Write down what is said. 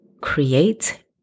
create